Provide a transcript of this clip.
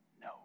No